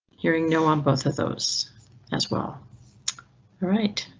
hearing no on both of those as well. all right?